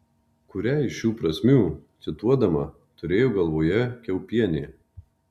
kurią šių prasmių cituodama turėjo galvoje kiaupienė